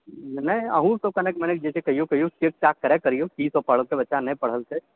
नहि अहुँके कनेक मनेक जे छै कहियो चेक चाक करल करियौ की सब पढ़लकै बच्चा नहि पढ़लकै